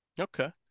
Okay